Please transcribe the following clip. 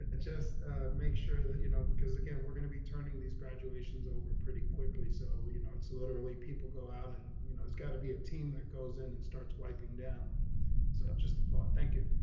ah just make sure that you know because again, we're gonna be turning these graduations over pretty quickly. so, you know, it's literally people go out and you know, it's gotta be a team that goes in and and starts wiping down. so just thought, thank you.